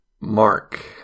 Mark